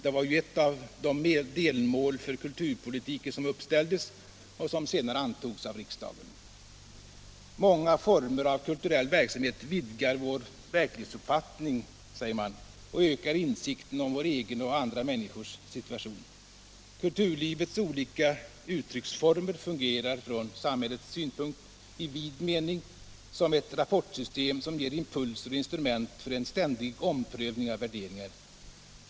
Det var ju ett av de delmål för kulturpolitiken som uppställdes. ”Många former av kulturell verksamhet vidgar vår verklighetsuppfattning och ökar insikten om vår egen och andra människors situation. Kulturlivets olika uttrycksformer fungerar från samhällets synpunkt i vid mening som ett ”rapportsystem” som ger impulser och instrument för en ständig omprövning av värderingar.